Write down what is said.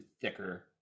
thicker